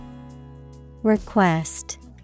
Request